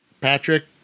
Patrick